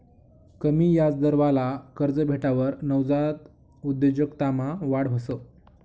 कमी याजदरवाला कर्ज भेटावर नवजात उद्योजकतामा वाढ व्हस